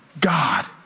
God